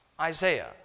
Isaiah